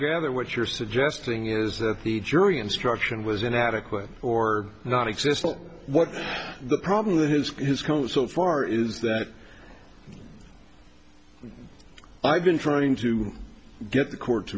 gather what you're suggesting is that the jury instruction was inadequate or not exist or what the problem that has his count so far is that i've been trying to get the court to